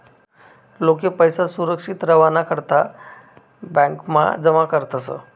लोके पैसा सुरक्षित रावाना करता ब्यांकमा जमा करतस